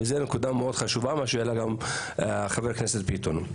זו נקודה מאוד חשובה שהעלה גם חבר הכנסת ביטון.